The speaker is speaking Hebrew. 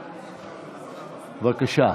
בבקשה.